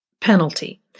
penalty